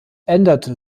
änderte